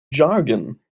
jargon